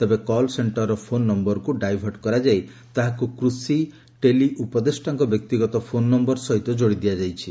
ତେବେ କଲ୍ ସେକ୍ଷରର ଫୋନ୍ ନମ୍ଘରକୁ ଡାଇଭର୍ଟ କରାଯାଇ ତାହାକୁ କୃଷି ଟେଲି ଉପଦେଷ୍ଟାଙ୍କ ବ୍ୟକ୍ତିଗତ ଫୋନ୍ ନମ୍ଭର ସହିତ ଯୋଡ଼ି ଦିଆଯାଇଛି